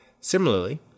Similarly